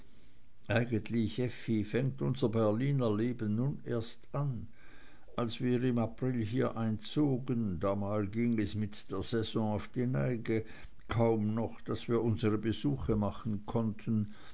unser berliner leben nun erst an als wir im april hier einzogen damals ging es mit der saison auf die neige kaum noch daß wir unsere besuche machen konnten